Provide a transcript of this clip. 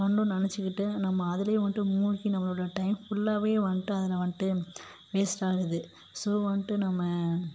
பண்ணுறோன்னு நினச்சிகிட்டு நம்ம அதுலேயே வந்ட்டு மூழ்கி நம்மளோடய டைம் ஃபுல்லாகவே வந்ட்டு அதில் வந்ட்டு வேஸ்ட் ஆகுது ஸோ வந்ட்டு நம்ம